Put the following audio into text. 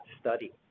study